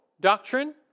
doctrine